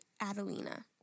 Adelina